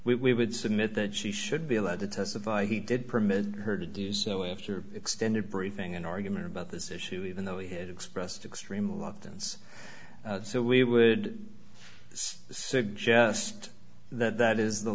testify we would submit that she should be allowed to testify he did permitted her to do so after extended briefing an argument about this issue even though he had expressed extreme lockdowns so we would suggest that that is the